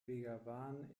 begawan